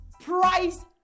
Price